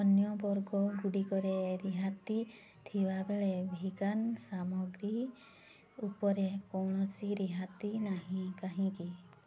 ଅନ୍ୟ ବର୍ଗଗୁଡ଼ିକରେ ରିହାତି ଥିବାବେଳେ ଭେଗାନ୍ ସାମଗ୍ରୀ ଉପରେ କୌଣସି ରିହାତି ନାହିଁ କାହିଁକି